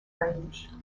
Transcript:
range